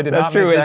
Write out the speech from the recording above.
that's true. yeah